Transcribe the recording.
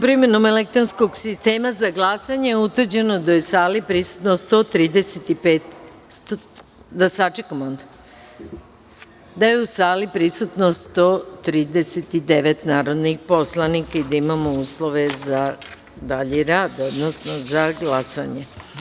primenom elektronskog sistema za glasanje utvrđeno da je u sali prisutno 139 narodnih poslanika i da imamo uslove za dalji rad, odnosno za glasanje.